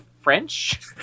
French